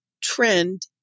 trend